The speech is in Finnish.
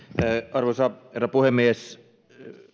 arvoisa herra puhemies